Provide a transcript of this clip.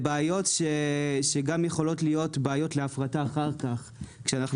בעיות שיכולות להיות אחר כך בעיות בהפרטה כאשר אנחנו